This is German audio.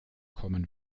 kommen